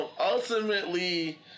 Ultimately